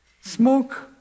smoke